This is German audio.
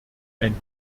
ein